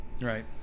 right